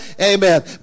Amen